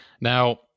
Now